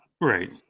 Right